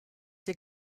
dir